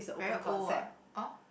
very old ah or